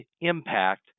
impact